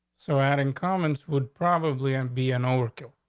so adding commons would probably and be an overkill.